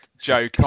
Joe